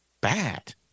bad –